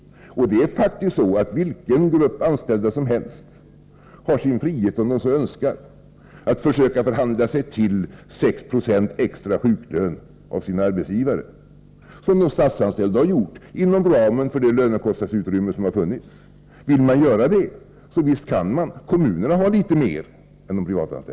Det är faktiskt så att vilken grupp anställda som helst har frihet att, om man så önskar, försöka förhandla sig till 6 96 extra i sjuklön av sin arbetsgivare, som de statsanställda har gjort inom ramen för det lönekostnadsutrymme som har funnits. Vill man göra det, så visst kan man. Kommunerna har litet mer än vad de privata har.